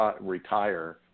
retire